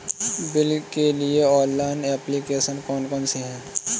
Bill के लिए online application कौन कौन सी हैं?